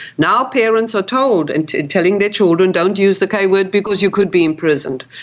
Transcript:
now parents are told and telling their children, don't use the k-word because you could be imprisoned.